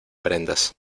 prendas